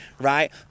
right